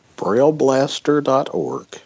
brailleblaster.org